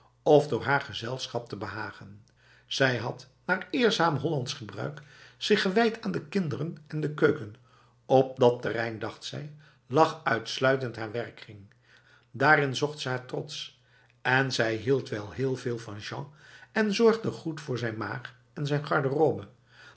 of door haar gezelschap te behagen zij had naar eerzaam hollands gebruik zich gewijd aan de kinderen en de keuken op dat terrein dacht zij lag uitsluitend haar werkkring daarin zocht ze haar trots en zij hield wel heel veel van jean en zorgde goed voor zijn maag en zijn garderobe